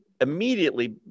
immediately